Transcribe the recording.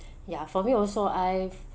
ya for me also I